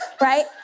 right